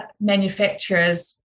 manufacturers